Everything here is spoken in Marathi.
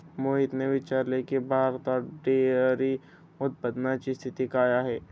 मोहितने विचारले की, भारतात डेअरी उत्पादनाची स्थिती काय आहे?